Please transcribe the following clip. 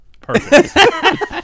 Perfect